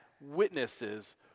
witnesses